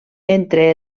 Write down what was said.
entre